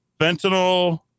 fentanyl